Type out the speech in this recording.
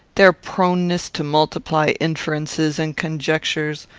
their proneness to multiply inferences and conjectures,